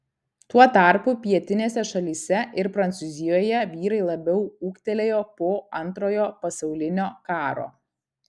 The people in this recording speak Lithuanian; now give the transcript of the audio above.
tuo tarpu pietinėse šalyse ir prancūzijoje vyrai labiau ūgtelėjo po antrojo pasaulinio karo